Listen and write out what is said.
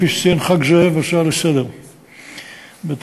כפי שציין חבר הכנסת זאב בהצעה לסדר-היום.